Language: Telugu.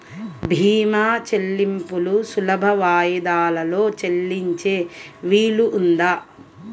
భీమా చెల్లింపులు సులభ వాయిదాలలో చెల్లించే వీలుందా?